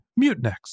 Mutinex